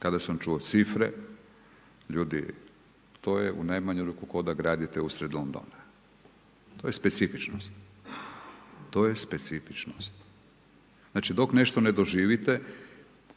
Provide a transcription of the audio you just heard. kada sam čuo cifre, ljudi, to je u najmanju ruku kao da gradite usred Londona. To je specifičnost, to je specifičnost. Znači dok nešto ne doživite